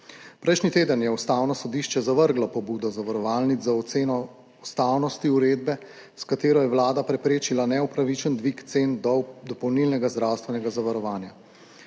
Prejšnji teden je Ustavno sodišče zavrglo pobudo zavarovalnic za oceno ustavnosti uredbe, s katero je vlada preprečila neupravičen dvig cen dopolnilnega zdravstvenega zavarovanja.